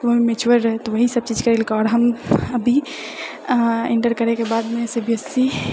mummy छोड़ि रहए तऽ ओएह सभ चीज करलकै आओर हम अभी आ इन्टर करैके बादमे सी बी एस इ